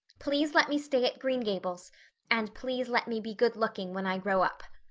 please let me stay at green gables and please let me be good-looking when i grow up.